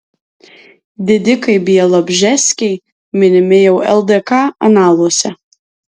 didikai bialobžeskiai minimi jau ldk analuose